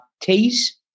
Tees